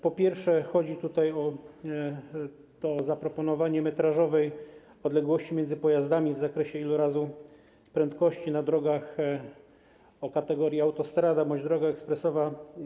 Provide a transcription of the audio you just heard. Po pierwsze, chodzi tutaj o zaproponowanie metrażowej odległości między pojazdami w zakresie ilorazu prędkości na drogach kategorii: autostrada bądź droga ekspresowa.